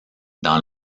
dans